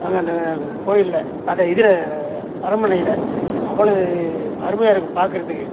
நாங்கள் அந்த க கோயிலில் அந்த இதில் அரண்மனையில் அவ்ளோவு அருமையாக இருக்கும் பார்க்கறதுக்கு